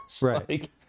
Right